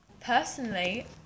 Personally